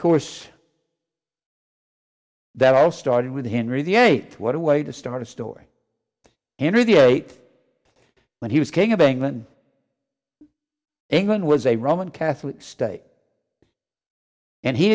course that all started with henry the eighth what a way to start a story into the eight when he was king of england england was a roman catholic state and he